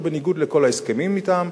שהוא בניגוד לכל ההסכמים אתם,